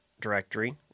directory